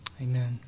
Amen